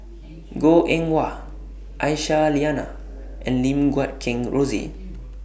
Goh Eng Wah Aisyah Lyana and Lim Guat Kheng Rosie